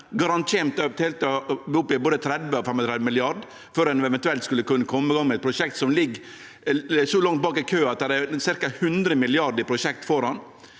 garantert til å gå opp i både 30 og 35 mrd. kr før ein eventuelt skal kunne kome i gang med eit prosjekt som ligg så langt bak i køen at det er ca. 100 mrd. kr i prosjekt framfor.